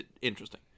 interesting